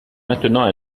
maintenant